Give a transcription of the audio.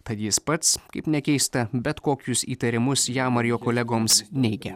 tad jis pats kaip nekeista bet kokius įtarimus jam ar jo kolegoms neigia